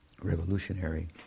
revolutionary